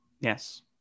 Yes